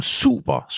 super